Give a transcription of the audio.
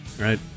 right